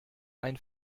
ein